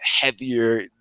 heavier